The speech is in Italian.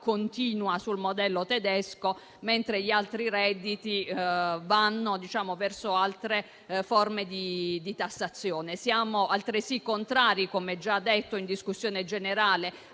continua sul modello tedesco, mentre gli altri redditi vanno verso altre forme di tassazione. Siamo altresì contrari, come già detto in discussione generale,